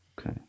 Okay